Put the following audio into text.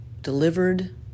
delivered